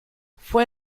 fue